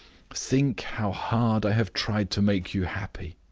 think how hard i have tried to make you happy!